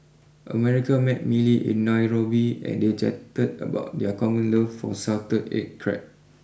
America met Millie in Nairobi and they chatted about their common love for Salted Egg Crab